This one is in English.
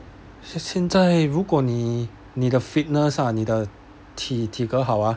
现在如果你你的 fitness !huh! 你的体体格好啊